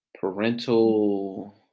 parental